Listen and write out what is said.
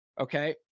Okay